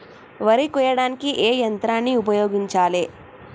వరి కొయ్యడానికి ఏ యంత్రాన్ని ఉపయోగించాలే?